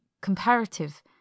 comparative